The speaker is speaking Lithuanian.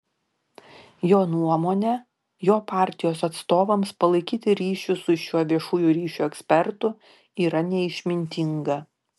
jo nuomone jo partijos atstovams palaikyti ryšius su šiuo viešųjų ryšių ekspertu yra neišmintinga